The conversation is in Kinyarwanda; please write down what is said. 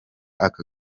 aka